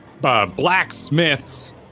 blacksmiths